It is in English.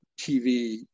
TV